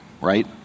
right